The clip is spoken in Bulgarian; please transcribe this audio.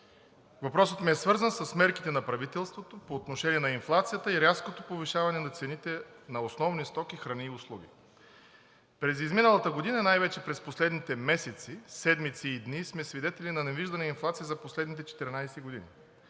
Въпросът ми е свързан с мерките на правителството по отношение на инфлацията и рязкото повишаване на цените на основни стоки, храни и услуги. През изминалата година и най-вече през последните месеци, седмици и дни сме свидетели на невиждана инфлация за последните 14 години.